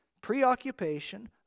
preoccupation